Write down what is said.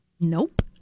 Nope